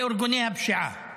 בארגוני הפשיעה,